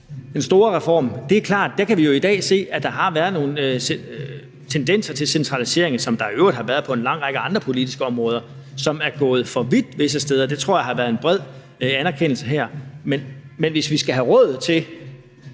tilbage i 2007 – er klart, at vi jo i dag kan se, at der har været nogle tendenser til centralisering, som der i øvrigt har været på en lang række andre politiske områder, og som er gået for vidt visse steder. Det tror jeg der har været en bred anerkendelse af her. Men hvis vi skal have råd til